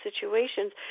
situations